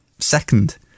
second